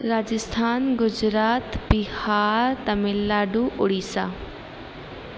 Rajasthan Gujarat Bihar Tamil Nadu Orissa